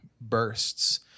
bursts